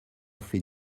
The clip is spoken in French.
fait